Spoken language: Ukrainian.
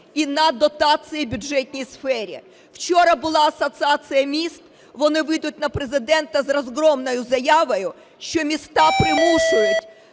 і на дотації бюджетній сфері. Вчора була Асоціація міст, вони вийдуть на Президента з розгромною заявою, що міста примушують